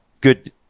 good